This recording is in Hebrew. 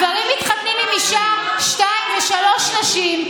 גברים מתחתנים עם אישה, שתיים ושלוש נשים.